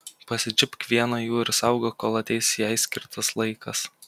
pasičiupk vieną jų ir saugok kol ateis jai skirtas laikas